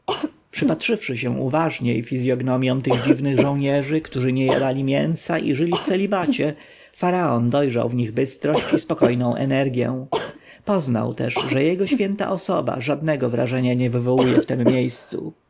przypatrzywszy się uważniej fizjognomjom tych dziwnych żołnierzy którzy nie jadali mięsa i żyli w celibacie faraon dojrzał w nich bystrość i spokojną energję poznał też że jego święta osoba żadnego wrażenia nie wywołuje w tem miejscu